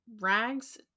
rags